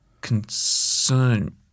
concern